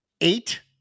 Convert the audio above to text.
eight